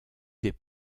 des